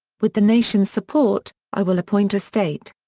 with the nation's support, i will appoint a state.